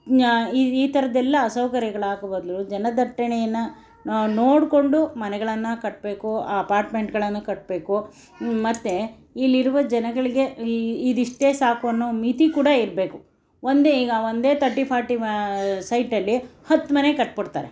ಈ ಈ ಥರದ ಎಲ್ಲ ಸೌಕರ್ಯಗಳಾಗ್ಬದ್ಲು ಜನದಟ್ಟಣೆಯನ್ನು ನೋಡಿಕೊಂಡು ಮನೆಗಳನ್ನು ಕಟ್ಟಬೇಕು ಆ ಅಪಾರ್ಟ್ಮೆಂಟ್ಗಳನ್ನು ಕಟ್ಟಬೇಕು ಮತ್ತೆ ಇಲ್ಲಿರುವ ಜನಗಳಿಗೆ ಇದಿಷ್ಟೇ ಸಾಕು ಅನ್ನೋ ಮಿತಿ ಕೂಡ ಇರಬೇಕು ಒಂದೇ ಈಗ ಒಂದೇ ಥರ್ಟಿ ಫಾರ್ಟಿ ಸೈಟಲ್ಲಿ ಹತ್ತು ಮನೆ ಕಟ್ಬಿಡ್ತಾರೆ